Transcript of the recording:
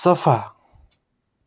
सफा